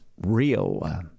real